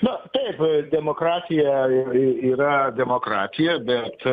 na taip a demokratija ir i yra demokratija bet